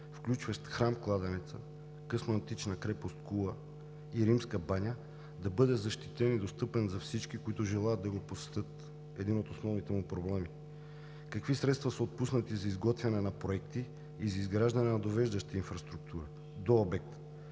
включващ „Храм – кладенец“, късноантична крепост „Кула“ и „Римска баня“, да бъде защитен и достъпен за всички, които желаят да го посетят – един от основните му проблеми? Какви средства са отпуснати за изготвяне на проекти и за изграждане на довеждаща инфраструктура до обекта?